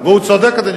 והוא צודק,